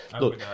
look